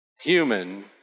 human